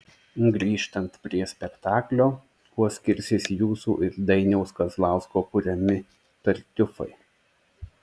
grįžtant prie spektaklio kuo skirsis jūsų ir dainiaus kazlausko kuriami tartiufai